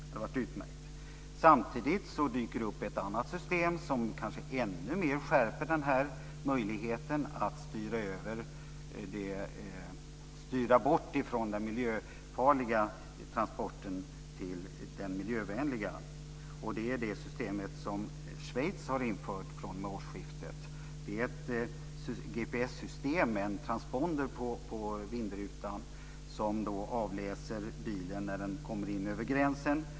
Det hade varit utmärkt. Samtidigt dyker det upp ett annat system som kanske ännu mer skärper möjligheten att styra bort från den miljöfarliga transporten till den miljövänliga. Det är det system som Schweiz har infört fr.o.m. årsskiftet. Det är ett GPS-system med en transponder på vindrutan som avläser bilen när den kommer in över gränsen.